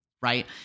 right